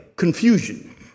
Confusion